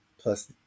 plus